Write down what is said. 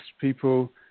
people